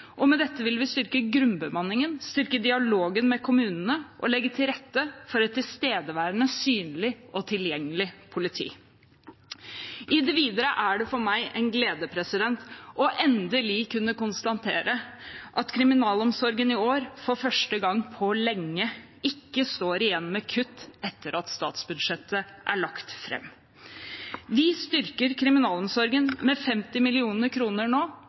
og med dette vil vi styrke grunnbemanningen, styrke dialogen med kommunene og legge til rette for et tilstedeværende, synlig og tilgjengelig politi. I det videre er det for meg en glede endelig å kunne konstatere at kriminalomsorgen i år for første gang på lenge ikke står igjen med kutt etter at statsbudsjettet er lagt fram. Vi styrker kriminalomsorgen med 50 mill. kr nå,